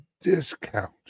discount